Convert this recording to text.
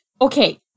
Okay